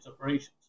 operations